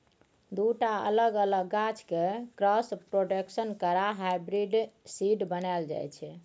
दु टा अलग अलग गाछ केँ क्रॉस प्रोडक्शन करा हाइब्रिड सीड बनाएल जाइ छै